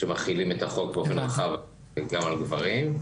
כשמחילים את החוק באופן רחב גם על גברים.